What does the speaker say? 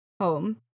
home